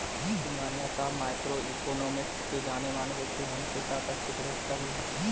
सिंघानिया साहब microeconomics के जानेमाने व्यक्तित्व होने के साथ अच्छे प्रवक्ता भी है